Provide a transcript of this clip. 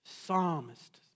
Psalmist